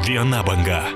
viena banga